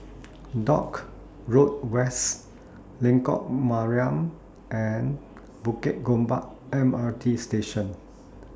Dock Road West Lengkok Mariam and Bukit Gombak M R T Station